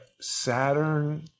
Saturn